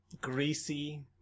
greasy